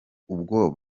ubwo